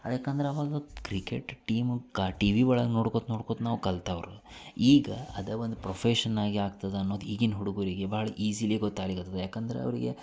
ಯದಕಂದ್ರ ಅವಾಗ cricket team ಕ TV ಒಳಗೆ ನೋಡ್ಕೊತ ನೋಡ್ಕೊತ ನಾವು ಕಲಿತವ್ರು ಈಗ ಅದೇ ಒಂದು ಪ್ರೊಫೆಷನ್ ಆಗಿ ಆಗ್ತದೆ ಅನ್ನೊದು ಈಗಿನ ಹುಡುಗರಿಗೆ ಭಾಳ್ ಈಝಿಲಿ ಗೊತ್ತಾಗ್ಲಿಕತ್ತದ ಯಾಕಂದ್ರೆ ಅವ್ರಿಗೆ